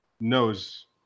knows